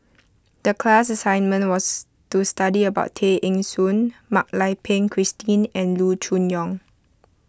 the class assignment was to study about Tay Eng Soon Mak Lai Peng Christine and Loo Choon Yong